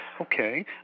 Okay